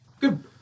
Good